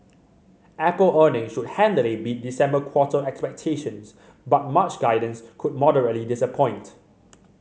apple earnings should handily beat December quarter expectations but March guidance could moderately disappoint